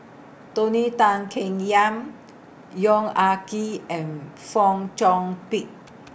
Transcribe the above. Tony Tan Keng Yam Yong Ah Kee and Fong Chong Pik